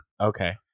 Okay